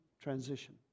transition